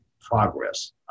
progress